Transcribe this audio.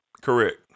correct